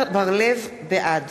בעד